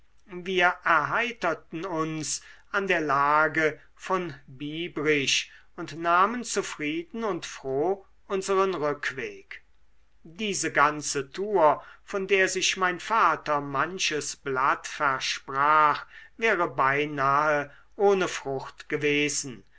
wir erheiterten uns an der lage von biebrich und nahmen zufrieden und froh unseren rückweg diese ganze tour von der sich mein vater manches blatt versprach wäre beinahe ohne frucht gewesen